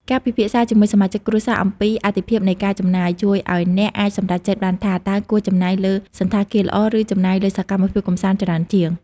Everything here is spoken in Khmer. ការពិភាក្សាជាមួយសមាជិកគ្រួសារអំពី "អាទិភាពនៃការចំណាយ" ជួយឱ្យអ្នកអាចសម្រេចចិត្តបានថា តើគួរចំណាយលើសណ្ឋាគារល្អ ឬចំណាយលើសកម្មភាពកម្សាន្តច្រើនជាង។